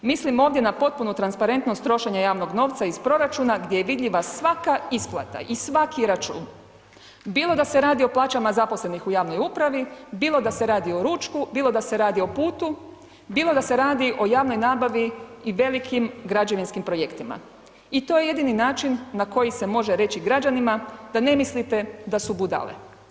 Mislim ovdje na potpunu transparentnost trošenja javnog novca iz proračuna gdje je vidljiva svaka isplata i svaki račun, bilo da se radi o plaćama zaposlenih i javnoj upravi, bilo da se radi o ručku, bilo da se radi o putu, bilo da se radi o javnoj nabavi i velikim građevinskim projektima i to je jedini način na koji se može reći građanima da ne mislite da su budale.